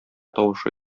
тавышы